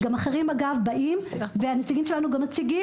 גם אחרים באים והנציגים שלנו גם מציגים